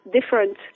different